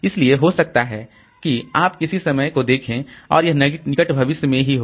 इसलिए हो सकता है कि आप किसी समय को देखें और यह निकट भविष्य में हो